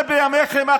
זה בימיכם,